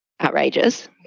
outrageous